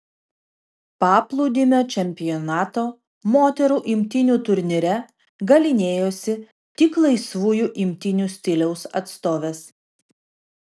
paplūdimio čempionato moterų imtynių turnyre galynėjosi tik laisvųjų imtynių stiliaus atstovės